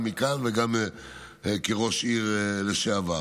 גם מכאן וגם כראש עירייה לשעבר.